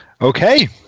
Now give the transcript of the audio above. Okay